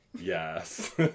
yes